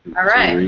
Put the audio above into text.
alright.